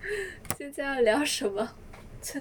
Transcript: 现在聊了什么